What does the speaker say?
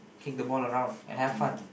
kick the ball around and have fun